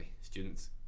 Students